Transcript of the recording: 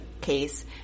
case